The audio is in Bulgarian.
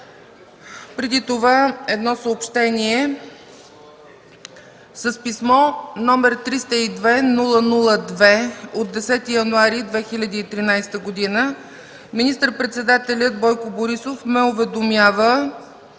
Преди това – едно съобщение. С писмо № 302-00-2 от 10 януари 2013 г. министър-председателят Бойко Борисов ме уведомява